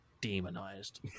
demonized